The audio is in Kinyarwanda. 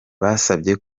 basabye